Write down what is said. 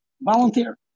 volunteer